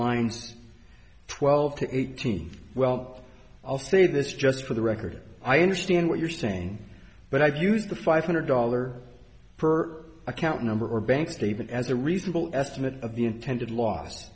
lines twelve to eighteen well i'll say this just for the record i understand what you're saying but i've used the five hundred dollar per account number or bank statement as a reasonable estimate of the intended los